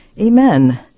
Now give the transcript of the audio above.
amen